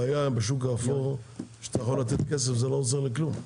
הבעיה בשוק האפור שאתה יכול לתת כסף וזה לא עוזר לכלום.